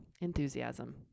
enthusiasm